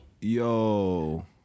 Yo